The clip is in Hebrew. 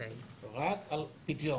רק על פדיון.